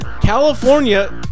California